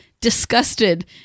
disgusted